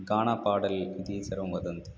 गाणापाडल् इति सर्वं वदन्ति